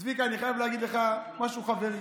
צביקה, אני חייב להגיד לך משהו חברי: